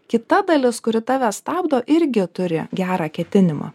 kita dalis kuri tave stabdo irgi turi gerą ketinimą